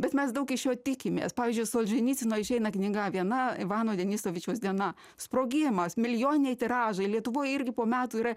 bet mes daug iš jo tikimės pavyzdžiui solženycino išeina knyga viena ivano denisovičiaus diena sprogimas milijoniniai tiražai lietuvoj irgi po metų yra